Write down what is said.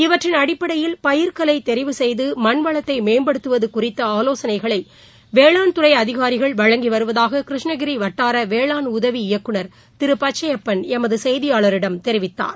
இவற்றின் அடிப்படையில் பயிர்கலைதெரிவு செய்தமண்வளத்தைமேம்படுத்துவதுகுறித்தஆலோசனைகளைவேளாண் துறைஅதிகாரிகள் வழங்கிவருவதாககிருஷ்ணகிரிவட்டாரவேளாண் உதவி இயக்குநர் திருபச்சையப்பன் எமதுசெய்தியாளரிடம் தெரிவித்தார்